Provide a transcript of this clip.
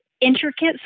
intricate